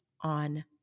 on